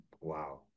Wow